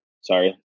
Sorry